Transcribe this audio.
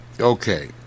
okay